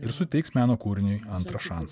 ir suteiks meno kūriniui antrą šansą